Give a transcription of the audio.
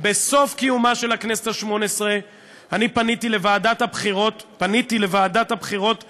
אני פניתי לוועדת הבחירות המרכזית